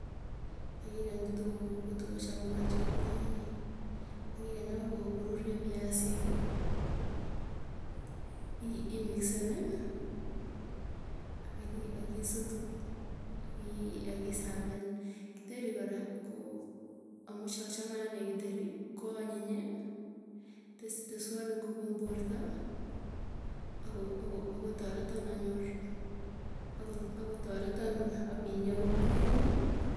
Akikany kitokok kotoko chamukanchi komie, akikeny akoi koruryo viasiki, i i mixen ii aki akisutu. Akiserven kitheri kora, koo amuu chachamee githeri koo anyiny tes teswan inguvu ing porta. Ako ako akotoreton anyor akot, akotaretan apiyo komieiyi.